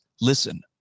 listen